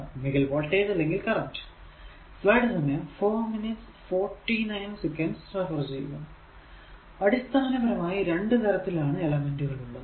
ഒന്നുകിൽ വോൾടേജ് അല്ലെങ്കിൽ കറന്റ് അടിസ്ഥാനപരമായി രണ്ടു തരത്തിൽ ആണ് എലെമെന്റുകൾ ഉള്ളത്